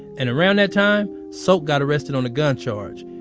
and around that time, sok got arrested on a gun charge.